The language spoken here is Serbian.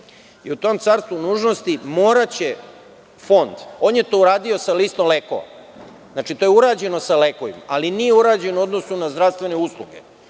i u tom carstvu nužnosti moraće Fond, on je to uradio sa listom lekova, znači, to je urađeno sa lekovima, ali nije urađeno u odnosu na zdravstvene usluge,